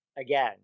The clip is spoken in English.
again